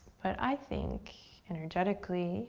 but i think energetically